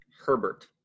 herbert